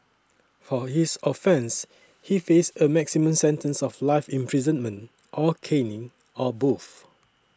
for his offence he faced a maximum sentence of life imprisonment or caning or both